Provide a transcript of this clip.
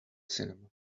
cinema